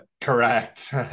Correct